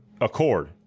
accord